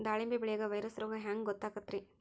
ದಾಳಿಂಬಿ ಬೆಳಿಯಾಗ ವೈರಸ್ ರೋಗ ಹ್ಯಾಂಗ ಗೊತ್ತಾಕ್ಕತ್ರೇ?